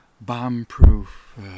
bomb-proof